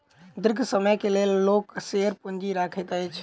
दीर्घ समय के लेल लोक शेयर पूंजी रखैत अछि